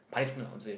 punishment i would say